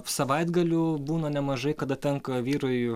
savaitgalių būna nemažai kada tenka vyrui